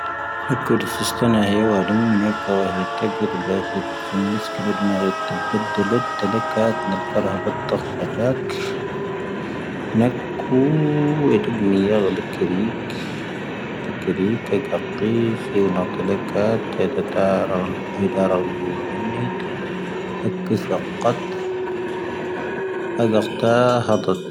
ⵏⴰⴽⵓ ⴷⵀⵉⵙⵀⵉⵙⵜⵀⴰⵏⴰ ⵀⵉⵡⴰ ⴰⴷⴻⵎ ⵏⵉⴽⴰ ⵡⴰⵀⵉⵜⴰⴳⵉⴷ ⴱⵀⴰⵊⵉⵜ ⵙⴰⵎⵎⵉⵙⴽⵉⵍⵉⴷ ⵏⴰ ⵔⵉⵜⴰⴱⴷⵉⵍⵉⴷ ⴷⵉⵍⵉⴽⴰⵜ ⵏⵉⵍⴽⴰⵔⴰ ⴱⴰⵜⴰⵅ ⴰⴷⴰⴽ. ⵏⴰⴽⵓ ⵉⴷⴳⵎⵉⵢⴰ ⵍⴰⵍⵉⴽⵉⵔⵉⴽ. ⵜⴽⵉⵔⵉⴽ ⴰⵇⵇⵉⵙ ⵀⵉⵡⴰ ⵏⴰⵜⵉⵍⵉⴽⴰⵜ ⴰⵉⴷⴰ ⴷⴰ ⵔⴰ ⵍⵓⵍⵓⵏⵓⵏⵓⵏⵉⵏⵉⴷ. ⴰⵇⵇⵉⵙ ⴰⵇⵇⴰⵜ ⴰⵇⵇⴰⵜⴰ ⵀⴰⴰⴷⵓⵜ.